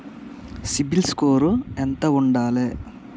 CIBIL score ఎంత ఉండాలే?